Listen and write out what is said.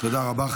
תודה רבה.